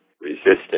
resistance